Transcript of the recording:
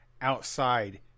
outside